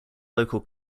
local